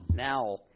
Now